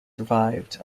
survived